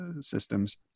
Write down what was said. systems